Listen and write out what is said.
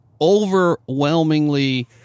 overwhelmingly